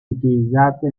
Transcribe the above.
utilizzate